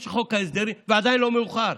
ועדיין לא מאוחר.